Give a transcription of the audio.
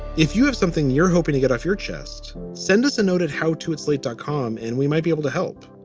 if you have something, you're hoping to get off your chest. send us a noted how to isolate dicom and we might be able to help.